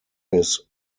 his